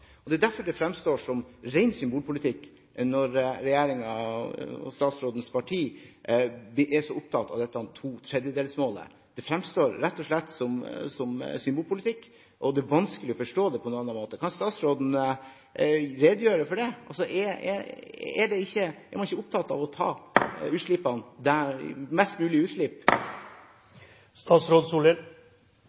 raskest. Det er derfor det fremstår som ren symbolpolitikk når regjeringen og statsrådens parti er så opptatt av dette totredjedelsmålet. Det fremstår rett og slett som symbolpolitikk, og det er vanskelig å forstå det på en annen måte. Kan statsråden redegjøre for det? Er man ikke opptatt av å ta utslippene der